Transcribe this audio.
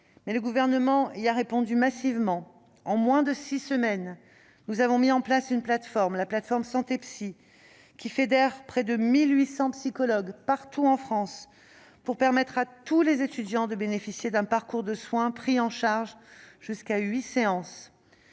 mais le Gouvernement y a répondu massivement. En moins de six semaines, nous avons mis en place la plateforme « Santé Psy » qui fédère près de 1 800 psychologues en France, pour permettre à tous les étudiants de bénéficier d'un parcours de soins pris en charge jusqu'à huit séances.